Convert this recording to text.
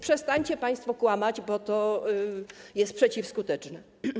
Przestańcie państwo kłamać, bo to jest przeciwskuteczne.